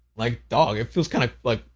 like, dawg, it feels kind of, like,